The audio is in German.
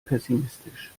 pessimistisch